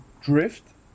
drift